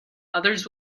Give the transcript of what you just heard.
others